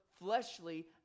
fleshly